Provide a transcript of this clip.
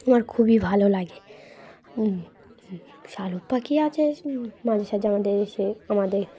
আমার খুবই ভালো লাগে শালিক পাখি আছে মাঝে সাঝে আমাদের এসে আমাদের